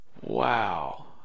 Wow